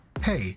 Hey